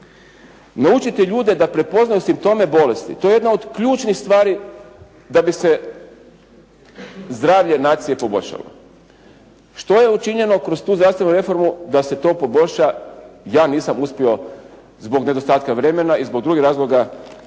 Naučiti ljude da prepoznaju simptome bolesti, to je jedna od ključnih stvari da bi se zdravlje nacije poboljšalo. Što je učinjeno kroz tu zdravstvenu reformu da se to poboljša, ja nisam uspio zbog nedostatka vremena i zbog drugih razloga